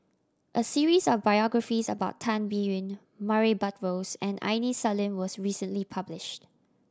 a series of biographies about Tan Biyun Murray Buttrose and Aini Salim was recently published